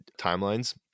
timelines